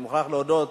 אני מוכרח להודות,